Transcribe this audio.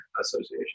association